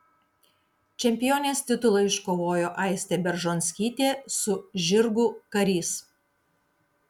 čempionės titulą iškovojo aistė beržonskytė su žirgu karys